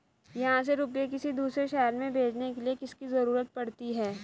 यहाँ से रुपये किसी दूसरे शहर में भेजने के लिए किसकी जरूरत पड़ती है?